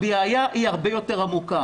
הבעיה היא הרבה יותר עמוקה